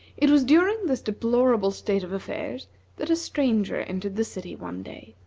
it was during this deplorable state of affairs that a stranger entered the city one day.